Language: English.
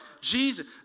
Jesus